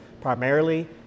primarily